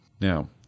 Now